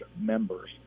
members